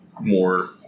more